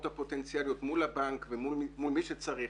הפוטנציאליות מול הבנק ומול מי שצריך.